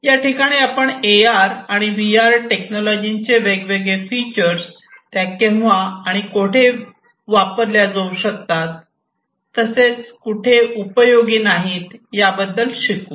या ठिकाणी आपण ए आर आणि व्ही आर टेक्नॉलॉजीचे वेगवेगळे फीचर्स त्या केव्हा आणि कोठे वापरल्या जाऊ शकतात तसेच कुठे उपयोगी नाहीत याबद्दल शिकू